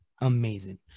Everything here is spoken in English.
amazing